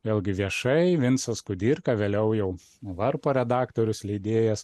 vėlgi viešai vincas kudirka vėliau jau varpo redaktorius leidėjas